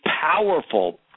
powerful